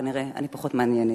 כנראה אני פחות מעניינת,